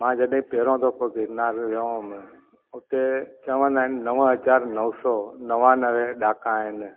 मां जॾहिं पहिरियों दफ़ो गिरनार वियो हुयुमि उते चवंदा आहिनि नव हज़ार नौ सौ नवानवें ॾाका आहिनि